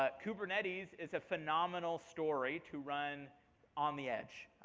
ah kubernetes is a phenomenal story to run on the edge.